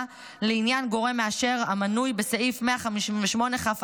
לעניין גורם מאשר המנוי בסעיף 158כא(א)(2).